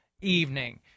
evening